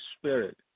spirit